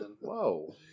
Whoa